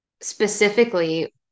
specifically